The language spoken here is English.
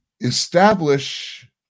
establish